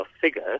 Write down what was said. figure